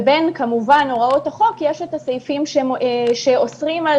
בין הוראות החוק יש את הסעיפים שאוסרים על